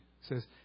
says